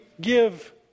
give